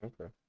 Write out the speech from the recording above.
Okay